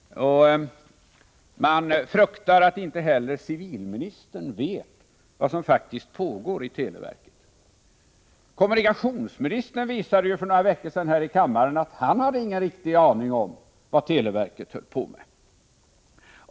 Man fruktar att inte heller civilministern vet vad som faktiskt pågår i televerket. Kommunikationsministern antydde ju för några veckor sedan att han inte hade någon riktig aning om vad televerket höll på med.